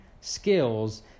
skills